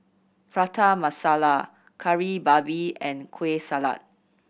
Prata Masala Kari Babi and Kueh Salat